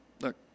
look